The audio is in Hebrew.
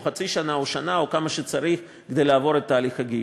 חצי שנה או שנה או כמה שצריך כדי לעבור את תהליך הגיור.